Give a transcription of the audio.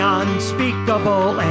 unspeakable